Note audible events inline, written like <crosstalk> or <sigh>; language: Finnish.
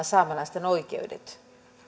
<unintelligible> saamelaisten oikeudet